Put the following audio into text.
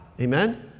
Amen